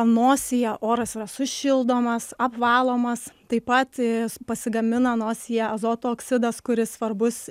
nosyje oras yra sušildomas apvalomas taip pat pasigamina nosyje azoto oksidas kuris svarbus